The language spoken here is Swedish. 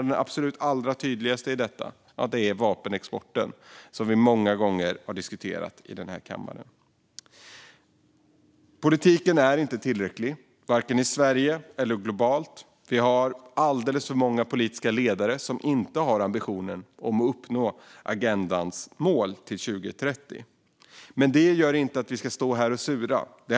Den allra tydligaste frågan i detta är vapenexporten, som vi många gånger har diskuterat i den här kammaren. Politiken är inte tillräcklig vare sig i Sverige eller globalt. Vi har alldeles för många politiska ledare som inte har ambitionen att nå agendans mål till 2030, men det gör inte att vi ska stå här och sura.